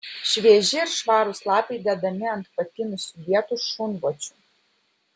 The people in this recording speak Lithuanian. švieži ir švarūs lapai dedami ant patinusių vietų šunvočių